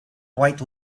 white